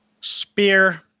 Spear